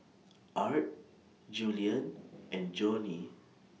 Art Julien and Joanie